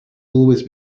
always